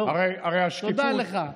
טוב, טוב, תודה לך.